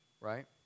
right